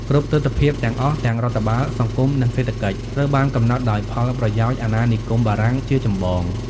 គ្រប់ទិដ្ឋភាពទាំងអស់ ទាំងរដ្ឋបាល សង្គម និងសេដ្ឋកិច្ចត្រូវបានកំណត់ដោយផលប្រយោជន៍អាណានិគមបារាំងជាចម្បង។